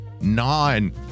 Nine